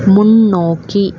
முன்னோக்கி